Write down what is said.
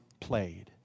played